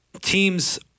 teams